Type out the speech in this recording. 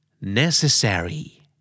Necessary